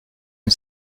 une